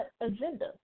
agenda